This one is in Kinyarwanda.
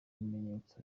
bimenyetso